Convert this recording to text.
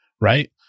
right